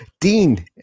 Dean